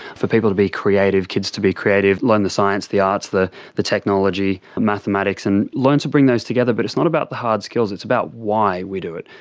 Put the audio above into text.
for people to be creative, kids to be creative, learn the science, the arts, the the technology, mathematics, and learn to bring those together, but it's not about the hard skills, it's about why we do it.